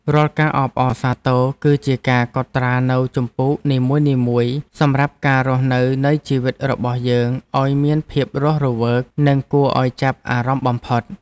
រាល់ការអបអរសាទរគឺជាការកត់ត្រានូវជំពូកនីមួយៗសម្រាប់ការរស់នៅនៃជីវិតរបស់យើងឱ្យមានភាពរស់រវើកនិងគួរឱ្យចាប់អារម្មណ៍បំផុត។